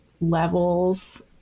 levels